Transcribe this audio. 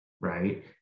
right